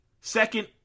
Second